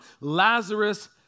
Lazarus